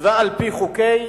ועל-פי חוקי